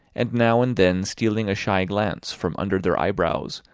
and now and then stealing a shy glance, from under their eyebrows,